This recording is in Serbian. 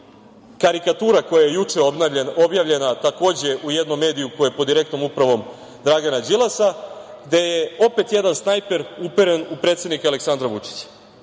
karikatura koja je juče objavljena, takođe u jednom mediju koji je pod direktnom upravom Dragana Đilasa, gde je opet jedan snajper uperen u predsednika Aleksandra Vučića. Ako,